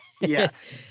yes